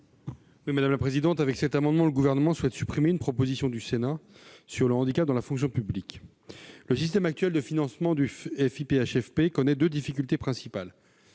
de la commission ? Avec cet amendement, le Gouvernement souhaite supprimer une proposition du Sénat relative au handicap dans la fonction publique. Le système actuel du financement du FIPHFP connaît deux difficultés principales.